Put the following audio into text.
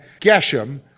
Geshem